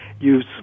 use